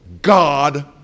God